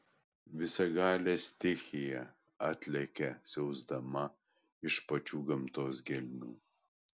visagalė stichija atlekia siausdama iš pačių gamtos gelmių